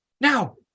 now